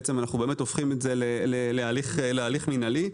אנחנו הופכים את זה להליך מינהלי,